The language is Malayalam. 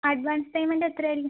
അഡ്വാൻസ് പേയ്മെന്റ് എത്രയായിരിക്കും